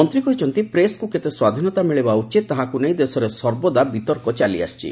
ମନ୍ତ୍ରୀ କହିଛନ୍ତି ପ୍ରେସ୍କୁ କେତେ ସ୍ୱାଧୀନତା ମିଳିବା ଉଚିତ୍ ତାହାକୁ ନେଇ ଦେଶରେ ସର୍ବଦା ବିତର୍କ ଚାଲିଆସିଛି